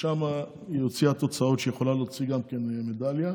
ושם היא קיבלה תוצאות שיכולה להוציא גם מדליה.